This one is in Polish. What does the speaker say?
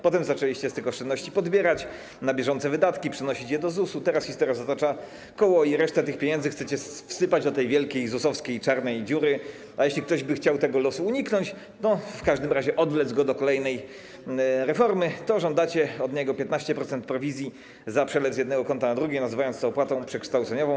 Potem zaczęliście z tych oszczędności podbierać na bieżące wydatki, przenosić je do ZUS-u, teraz historia zatacza koło i resztę tych pieniędzy chcecie wsypać do tej wielkiej ZUS-owskiej czarnej dziury, a jeśli ktoś by chciał tego losu uniknąć, w każdym razie odwlec go do kolejnej reformy, to żądacie od niego 15% prowizji za przelew z jednego konta na drugie, nazywając to opłatą przekształceniową.